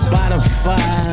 Spotify